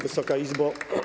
Wysoka Izbo!